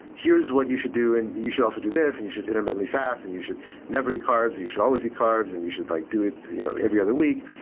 here's what you should do, and you should also do this, and you should intermittently fast, and you should never eat carbs, and you should always have carbs, and you should like do it you know every other week.